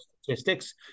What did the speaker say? statistics